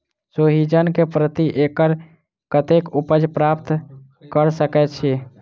सोहिजन केँ प्रति एकड़ कतेक उपज प्राप्त कऽ सकै छी?